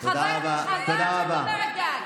חבל שאת אומרת די.